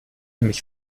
mich